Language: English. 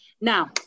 Now